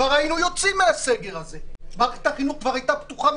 כבר היינו יוצאים מהסגר הזה ומערכת החינוך כבר הייתה פתוחה.